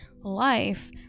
life